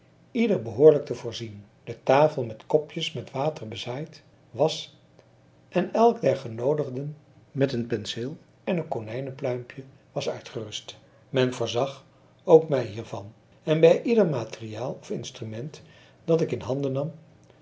ieder behoorlijk te voorzien de tafel met kopjes met water bezaaid was en elk der genoodigden met een penseel en een konijnepluimpje was uitgerust men voorzag ook mij hiervan en bij ieder materiaal of instrument dat ik in handen nam